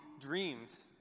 dreams